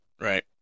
Right